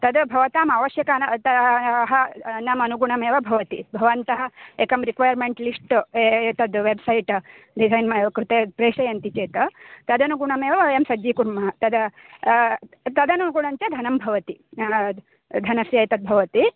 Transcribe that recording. तद् भवताम् आवश्यकानां तायाः नाम् अनुगुणमेव भवति भवन्तः एकं रिक्वैर्मेण्ट् लिस्ट् एतद् वेब्सैट् डिसैन् कृते प्रेषयन्ति चेत् तदनुगुणमेव वयं सज्जीकुर्मः तद् तदनुगुणं च धनं भवति धनस्य एतद्भवति